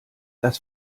das